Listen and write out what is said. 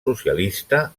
socialista